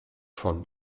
von